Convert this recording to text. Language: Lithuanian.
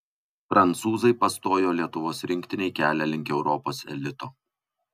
prancūzai pastojo lietuvos rinktinei kelią link europos elito